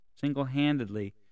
Single-handedly